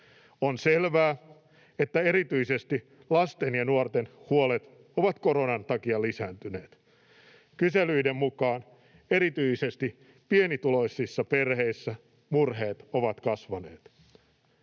On selvää, että erityisesti lasten ja nuorten huolet ovat koronan takia lisääntyneet. Kyselyiden mukaan erityisesti pienituloisissa perheissä murheet ovat kasvaneet.